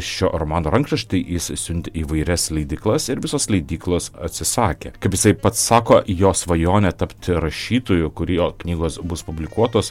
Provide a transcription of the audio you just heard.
šio romano rankraštį jis siuntė į įvairias leidyklas ir visos leidyklos atsisakė kaip jisai pats sako jo svajonė tapti rašytoju kur jo knygos bus publikuotos